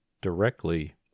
directly